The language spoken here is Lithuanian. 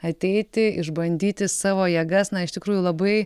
ateiti išbandyti savo jėgas na iš tikrųjų labai